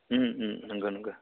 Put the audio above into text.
नोंगौ नोंगौ